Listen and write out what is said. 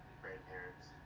grandparents